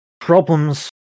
problem's